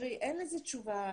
תראי, אין לזה תשובה.